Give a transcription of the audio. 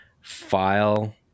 file